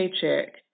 paycheck